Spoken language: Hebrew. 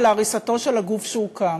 ולהריסתו של הגוף שהוקם.